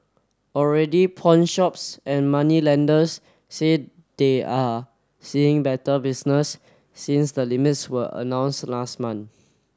already pawnshops and moneylenders say they are seeing better business since the limits were announce last month